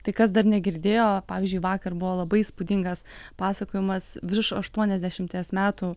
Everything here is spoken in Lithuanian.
tai kas dar negirdėjo pavyzdžiui vakar buvo labai įspūdingas pasakojimas virš aštuoniasdešimties metų